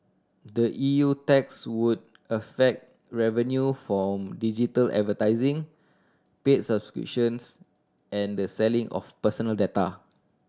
the E U tax would affect revenue from digital advertising paid subscriptions and the selling of personal data